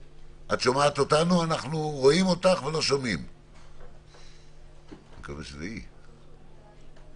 את היום הזה של הרעב הגדול, זה היום שהיא ברחה.